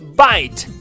bite